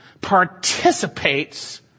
participates